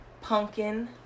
Pumpkin